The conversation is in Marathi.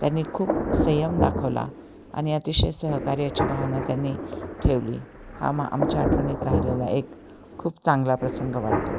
त्यांनी खूप संयम दाखवला आणि अतिशय सहकार्याची भावना त्यांनी ठेवली हा म आमच्या आठवणीत राहिलेला एक खूप चांगला प्रसंग वाटतो